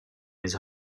his